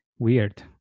weird